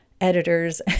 editors